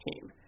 team